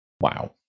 Wow